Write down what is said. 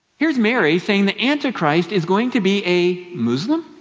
here is mary saying the antichrist is going to be a muslim.